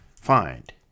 Find